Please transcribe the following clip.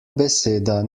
beseda